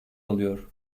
alıyor